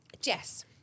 Jess